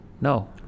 No